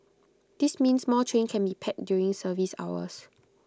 this means more trains can be packed during service hours